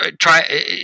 try